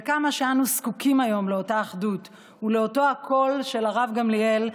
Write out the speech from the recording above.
וכמה שאנו זקוקים היום לאותה אחדות ולאותו הקול של הרב גמליאל,